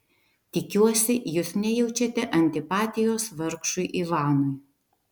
tikiuosi jūs nejaučiate antipatijos vargšui ivanui